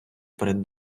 перед